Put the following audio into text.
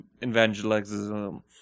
evangelism